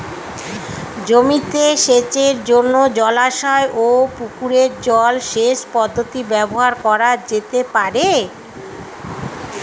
জমিতে সেচের জন্য জলাশয় ও পুকুরের জল সেচ পদ্ধতি ব্যবহার করা যেতে পারে?